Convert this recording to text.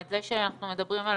את זה שאנחנו מדברים על